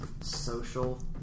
social